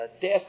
Death